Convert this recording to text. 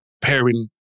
pairing